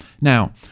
Now